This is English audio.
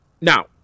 now